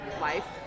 life